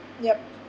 yup